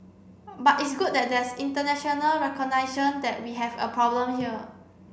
but it's good that there's international recognition that we have a problem here